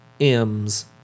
M's